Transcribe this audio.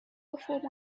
before